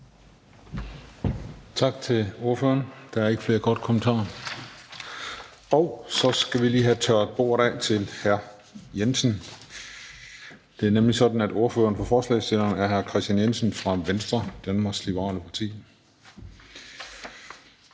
Tak til ordføreren. Der er ikke flere korte kommentarer. Og så skal vi lige have tørret bordet af til hr. Jensen. Det er nemlig sådan, at ordføreren for forslagsstillerne er hr. Kristian Jensen fra Venstre, Danmarks Liberale Parti.